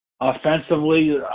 Offensively